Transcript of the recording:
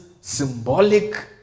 symbolic